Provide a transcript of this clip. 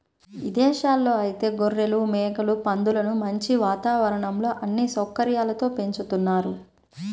ఇదేశాల్లో ఐతే గొర్రెలు, మేకలు, పందులను మంచి వాతావరణంలో అన్ని సౌకర్యాలతో పెంచుతున్నారు